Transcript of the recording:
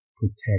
protect